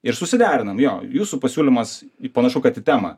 ir susiderinam jo jūsų pasiūlymas į panašu kad į temą